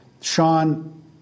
Sean